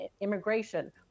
immigration